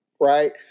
right